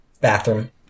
Bathroom